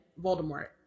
Voldemort